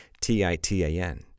T-I-T-A-N